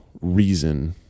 reason